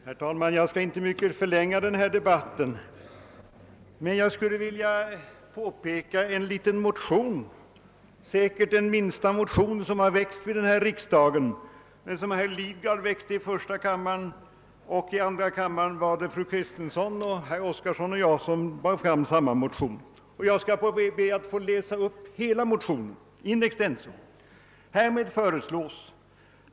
Herr talman! Jag skall inte mycket förlänga den här debatten, men jag skulle vilja peka på en liten motion, säkert den minsta motion som har väckts vid denna riksdag, som i första kammaren har framlagts av herr Lidgard m.fl., medan fru Kristensson, herr Oskarson och jag har burit fram samma motion i andra kammaren.